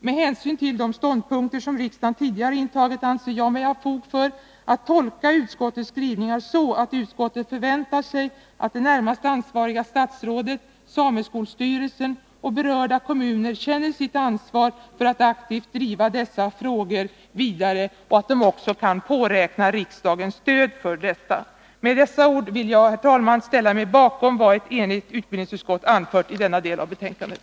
Med hänsyn till de ståndpunkter som riksdagen tidigare har intagit anser jag mig ha fog för att tolka utskottets skrivningar så, att utskottet förväntar sig att det närmast ansvariga statsrådet, sameskolstyrelsen och berörda kommuner känner sitt ansvar för att aktivt driva dessa frågor vidare och att dessa också kan påräkna riksdagens stöd för detta. Med dessa ord vill jag, herr talman, ställa mig bakom vad ett enigt utbildningsutskott anfört i denna del av betänkandet.